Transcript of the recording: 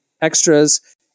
extras